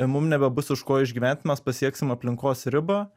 mum nebebus iš ko išgyvent mes pasieksim aplinkos ribą